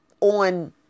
on